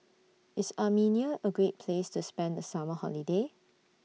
IS Armenia A Great Place to spend The Summer Holiday